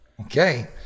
Okay